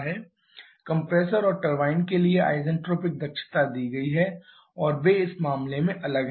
compressor और turbine के लिए आईसेंट्रोपिक दक्षता दी गई हैं और वे इस मामले में अलग हैं